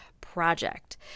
project